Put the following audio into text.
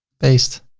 paste